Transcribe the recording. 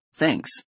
thanks